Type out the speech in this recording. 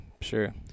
sure